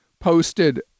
posted